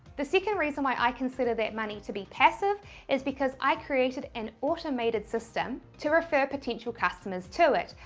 the second reason why i consider that money to be passive is because i created an automated system to refer potential customers to it.